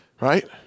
right